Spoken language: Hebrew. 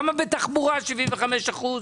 למה בתחבורה 75%?